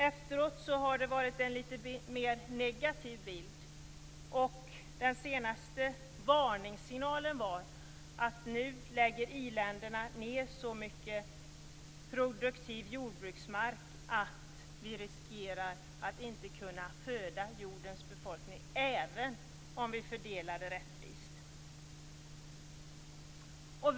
Efteråt har det varit en lite mer negativ bild. Den senaste varningssignalen var att i-länderna nu lägger ned så mycket produktiv jordbruksmark att vi riskerar att inte kunna föda jordens befolkning även om vi fördelar tillgångarna rättvist.